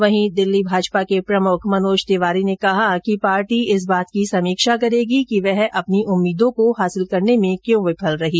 वहीं दिल्ली भाजपा के प्रमुख मनोज तिवारी ने कहा है कि पार्टी इस बात की समीक्षा करेगी कि वह अपनी उम्मीदों को हासिल करने में क्यों विफल रही